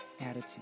attitude